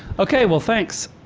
ok, well thanks.